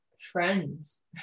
friends